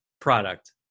Product